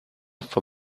for